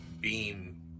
beam